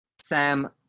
Sam